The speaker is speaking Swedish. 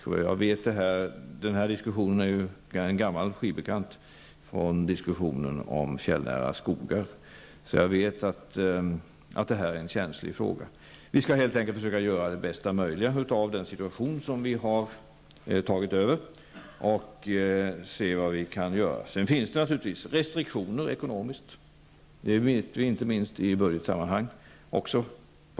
Denna frågeställning är en s.k. gammal skivbekant från diskussionen om fjällnära skogar, och jag vet att det är en känslig fråga. Vi skall helt enkelt försöka göra bästa möjliga av den situation regeringen har tagit över och se vad vi kan göra. Sedan finns det naturligtvis ekonomiska restriktioner även på detta område, det vet vi inte minst i budgetsammanhang.